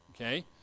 Okay